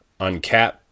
uncap